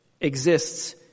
exists